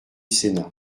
sénat